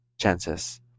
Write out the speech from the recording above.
chances